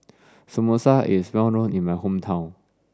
samosa is well known in my hometown